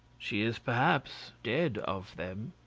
she is perhaps dead of them.